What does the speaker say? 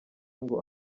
ngo